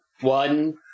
one